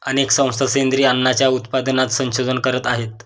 अनेक संस्था सेंद्रिय अन्नाच्या उत्पादनात संशोधन करत आहेत